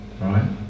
Right